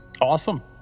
Awesome